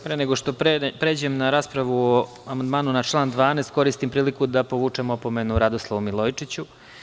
Pre nego što pređem na raspravu o amandmanu na član 12, koristim priliku da povučem opomenu Radoslavu Milojičiću.